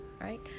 right